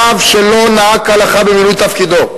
רב שלא נהג כהלכה במילוי תפקידו,